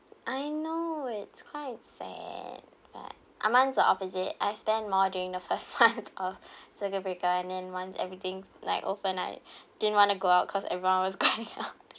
I know it's quite sad but amongst the opposite I spend more during the first month of circuit breaker and then once everything like open I didn't want to go out because everyone was going out